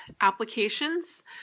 applications